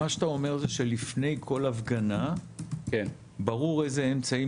מה שאתה אומר זה שלפני כל הפגנה ברור איזה אמצעים